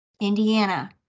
Indiana